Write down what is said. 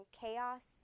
chaos